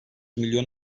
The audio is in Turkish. milyon